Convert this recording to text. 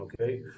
okay